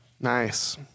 Nice